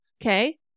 okay